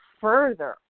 further